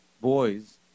boys